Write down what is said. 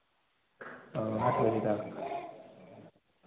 वह आठ बजे तक